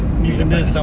you dapat ah